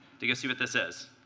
to go see what this is.